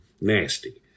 nasty